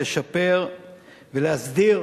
לשפר ולהסדיר,